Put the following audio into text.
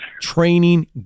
training